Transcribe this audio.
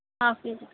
half kg